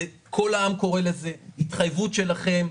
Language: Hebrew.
כל העם קורא לזה, זה התחייבות שלכם.